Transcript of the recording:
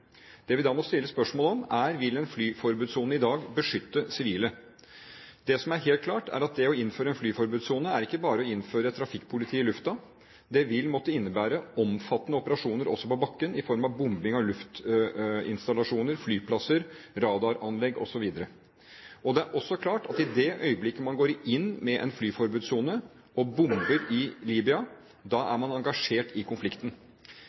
Det vi da må stille spørsmål om, er: Vil en flyforbudssone i dag beskytte sivile? Det som er helt klart, er at det å innføre en flyforbudssone ikke bare er å innføre et trafikkpoliti i luften. Det vil måtte innebære omfattende operasjoner også på bakken, i form av bombing av luftinstallasjoner, flyplasser, radaranlegg osv. Det er også klart at i det øyeblikket man går inn med en flyforbudssone og bomber i Libya, da er man engasjert i konflikten.